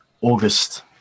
August